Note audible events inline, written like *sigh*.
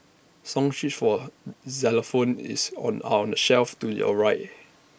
song sheets for *hesitation* xylophones is are on the shelf to your right